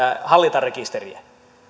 hallintarekisteriä